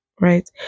right